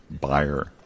buyer